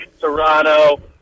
Toronto